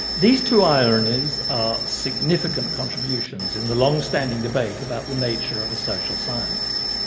these two ironies are significant contributions in the long standing debate about the nature of a social science.